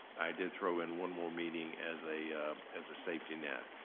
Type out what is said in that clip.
i did throw in one more meeting as a as a safety net.